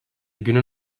günün